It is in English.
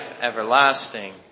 everlasting